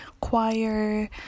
choir